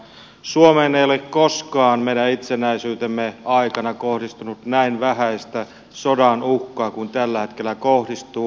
suomeen ei ole koskaan meidän itsenäisyytemme aikana kohdistunut näin vähäistä sodanuhkaa kuin tällä hetkellä kohdistuu